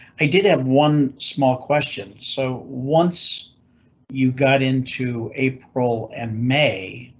i did have one small question, so once you got into april and may,